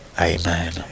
Amen